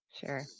Sure